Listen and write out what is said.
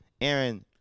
Aaron